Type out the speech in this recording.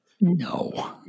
No